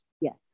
yes